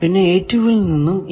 പിന്നെ ൽ നിന്നും ഈ